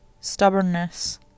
Stubbornness